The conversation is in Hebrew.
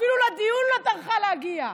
אפילו לדיון היא לא טרחה להגיע.